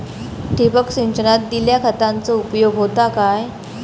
ठिबक सिंचनान दिल्या खतांचो उपयोग होता काय?